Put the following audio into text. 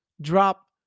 drop